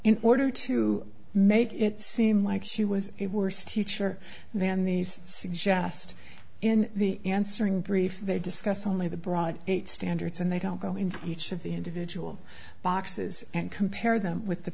in order to make it seem like she was a worse teacher then these suggest in the answering brief they discuss only the broad eight standards and they don't go into each of the individual boxes and compare them with the